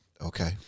Okay